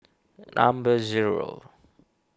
number zero